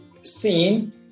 seen